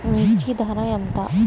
మిర్చి ధర ఎంత?